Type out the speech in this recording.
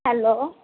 hello